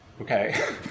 okay